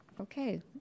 Okay